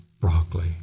broccoli